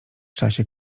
czasie